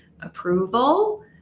Approval